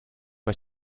but